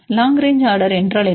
long range order என்றால் என்ன